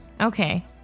Okay